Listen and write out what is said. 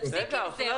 תפסיק עם זה,